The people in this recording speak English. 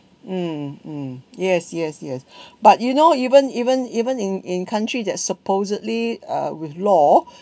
mm mm yes yes yes but you know even even even in in country that supposedly uh with law